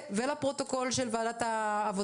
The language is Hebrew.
מתי יצא לפועל היעד